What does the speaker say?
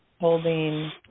holding